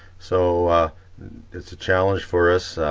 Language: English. so it's a challenge for us,